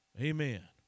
Amen